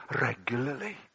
regularly